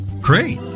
Great